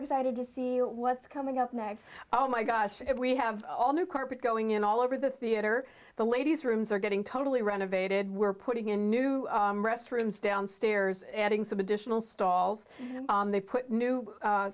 excited to see what coming up oh my gosh we have all new carpet going in all over the theater the ladies rooms are getting totally renovated we're putting in new restrooms downstairs adding some additional stalls they put new